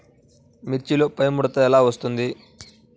మిర్చిలో పైముడత ఎలా వస్తుంది?